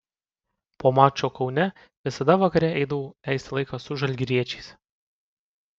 po mačo kaune visada vakare eidavau leisti laiką su žalgiriečiais